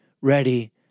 ready